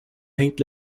hängt